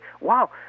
wow